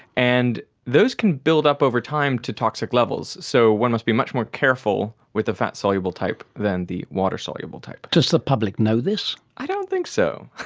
and those can build up over time to toxic levels. so one must be much more careful with the fat soluble type than the water-soluble type. does the public know this? i don't think so,